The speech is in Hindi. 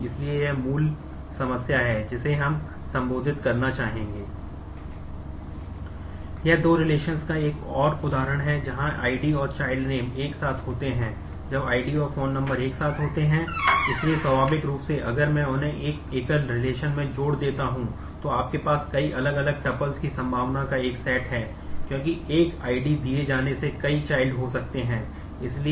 इसलिए यह मूल समस्या है जिसे हम संबोधित करना चाहेंगे